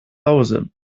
hause